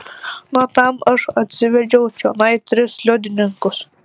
na tam aš atsivedžiau čionai tris liudininkus